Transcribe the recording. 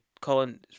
Colin